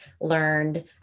learned